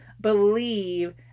believe